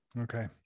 Okay